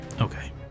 Okay